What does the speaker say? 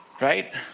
right